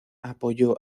apoyó